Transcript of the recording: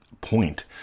point